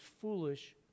foolish